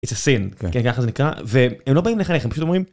איזה סין ככה זה נקרא והם לא באים לחנך הם פשוט אומרים,